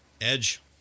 Edge